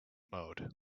mode